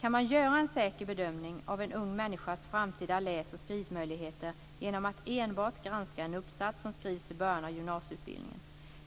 Kan man göra en säker bedömning av en ung människas framtida läs och skrivmöjligheter genom att enbart granska en uppsats som skrivs i början av gymnasieutbildningen?